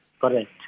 Correct